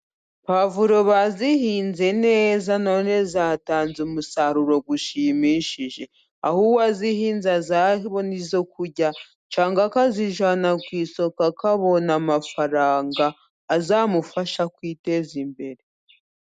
Pavuro bazihinze neza none zatanze umusaruro ushimishije, aho uwazihinze azabona izo kujya cyangwa akazijyana ku isoko akabona amafaranga azamufasha kwiteza imbere.